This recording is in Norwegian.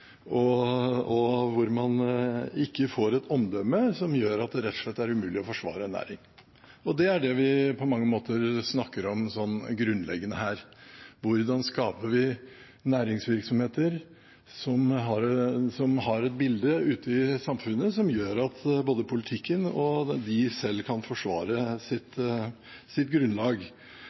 og hvor man ikke får et omdømme som gjør at det rett og slett er umulig å forsvare en næring. Det er det vi på mange måter snakker om her, grunnleggende sett: Hvordan skaper vi næringsvirksomheter som har et bilde ute i samfunnet som gjør at både politikken og de selv kan forsvare sitt grunnlag?